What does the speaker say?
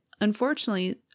unfortunately